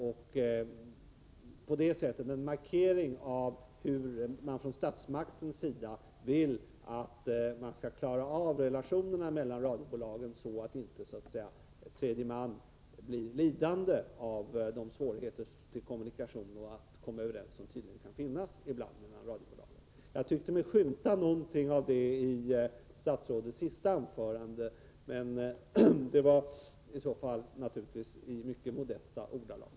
Det skulle då bli en markering från statsmakternas sida av hur relationerna mellan radiobolagen bör gestalta sig, så att inte tredje man blir lidande av de svårigheter att kommunicera och att komma överens som tydligen ibland finns mellan dessa. Jag tyckte mig skymta något av en sådan markering i statsrådets senaste anförande, men det var i så fall i mycket modesta ordalag.